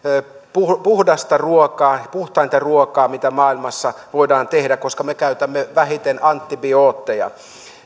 puhdasta ruokaa puhtainta ruokaa mitä maailmassa voidaan tehdä koska me käytämme vähiten antibiootteja